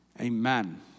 Amen